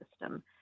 system